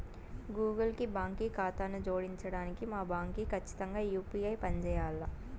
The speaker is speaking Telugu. గూగుల్ కి బాంకీ కాతాను జోడించడానికి మా బాంకీ కచ్చితంగా యూ.పీ.ఐ పంజేయాల్ల